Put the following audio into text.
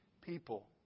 people